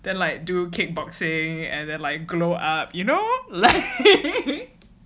then like do kickboxing and they're like glow up you know like